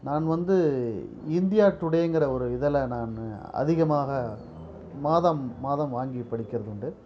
நான் வந்து இந்தியா டுடேங்குற ஒரு இதழை நான் அதிகமாக மாதம் மாதம் வாங்கி படிக்கிறது உண்டு